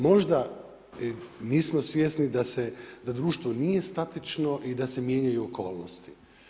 Možda nismo svjesni da društvo nije statično i da se mijenjaju okolnosti.